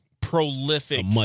prolific